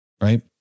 right